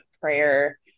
prayer